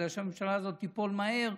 בגלל שהממשלה הזאת תיפול מהר,